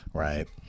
Right